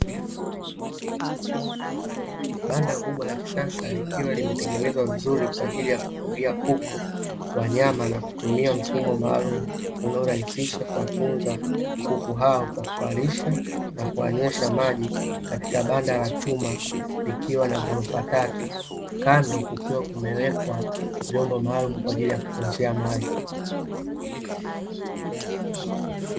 Banda kubwa la kisasa, likiwa limetengenezwa vizuri kwa ajili ya kufugia kuku wa nyama, na kutumia mfumo maalumu unaorahisisha kuwatunza kuku hao kwa kuwalisha na kuwanywesha maji katika banda la chuma, likiwa na ghorofa tatu. Kando kukiwa kumewekwa vyombo maalumu kwa ajili ya kutunzia maji.